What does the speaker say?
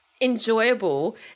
enjoyable